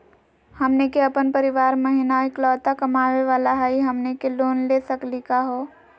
हमनी के अपन परीवार महिना एकलौता कमावे वाला हई, हमनी के लोन ले सकली का हो?